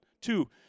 Two